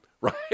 right